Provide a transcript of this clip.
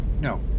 no